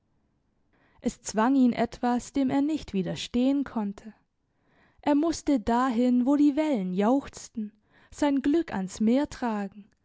es zwang ihn etwas dem er nicht widerstehen konnte er musste dahin wo die wellen jauchzten sein glück ans meer tragen